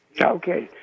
Okay